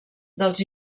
dels